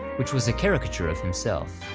which was a caricature of himself.